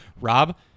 Rob